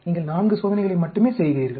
நீங்கள் 4 சோதனைகளை மட்டுமே செய்கிறீர்கள்